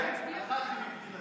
אחת היא מבחינתי.